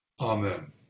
Amen